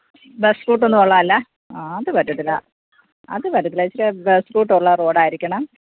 bus റൂട്ടൊന്നും ഉള്ളതല്ലാ ആ അത് പറ്റത്തില്ല അത് പറ്റത്തില്ല ഇച്ചിരെ ബസ് റൂട്ടൊള്ള റോഡായിരിക്കണം